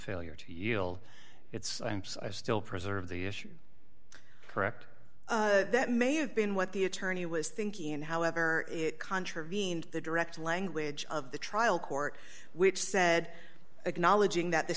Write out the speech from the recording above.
failure to yield it's still preserve the issue correct that may have been what the attorney was thinking in however it contravened the direct language of the trial court which said acknowledging th